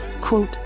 quote